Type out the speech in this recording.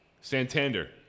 Santander